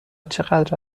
چقدر